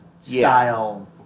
Style